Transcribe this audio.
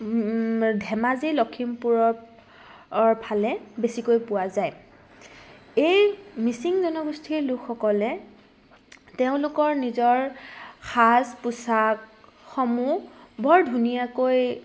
ধেমাজি লখিমপুৰৰৰ ফালে বেছিকৈ পোৱা যায় এই মিচিং জনগোষ্ঠীৰ লোকসকলে তেওঁলোকৰ নিজৰ সাজ পোচাকসমূহ বৰ ধুনীয়াকৈ